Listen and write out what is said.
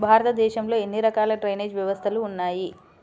భారతదేశంలో ఎన్ని రకాల డ్రైనేజ్ వ్యవస్థలు ఉన్నాయి?